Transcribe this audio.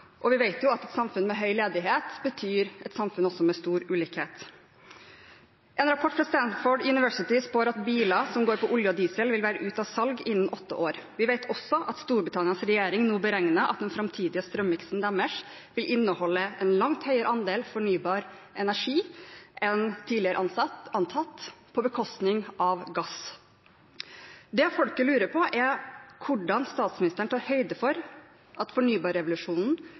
og enkeltpersoner. Vi vet jo at samfunn med høy ledighet også betyr et samfunn med stor ulikhet. En rapport fra Stanford University spår at biler som går på olje og diesel, vil være ute av salg innen åtte år. Vi vet også at Storbritannias regjering nå beregner at den framtidige strømveksten deres vil inneholde en langt høyere andel fornybar energi enn tidligere antatt, på bekostning av gass. Det folket lurer på, er hvordan statsministeren tar høyde for at fornybarrevolusjonen